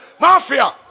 Mafia